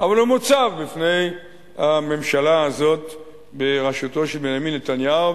אבל הוא מוצב בפני הממשלה הזאת בראשותו של בנימין נתניהו,